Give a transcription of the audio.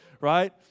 right